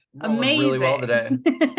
Amazing